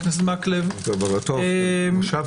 הפרמטר של צמצום